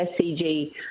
SCG